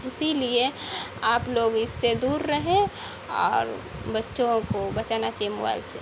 اسی لیے آپ لوگ اس سے دور رہیں اور بچوں کو بچانا چاہیے موبائل سے